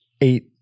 eight